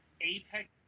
apex